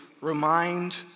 remind